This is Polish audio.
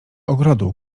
ogrodu